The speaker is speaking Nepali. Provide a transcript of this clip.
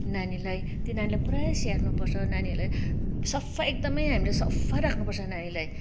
नानीलाई त्यो नानीलाई पुरा स्याहार्नु पर्छ नानीहरूलाई सफा एकदमै हामीले सफा राख्नुपर्छ नानीलाई